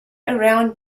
around